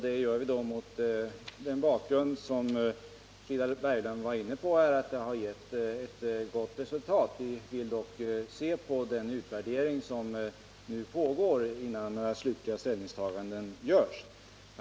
Det gör vi mot den bakgrund som Frida Berglund var inne på, att den har gett ett gott resultat. Vi vill dock se på den utvärdering som nu pågår innan några slutliga ställningstaganden görs.